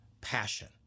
passion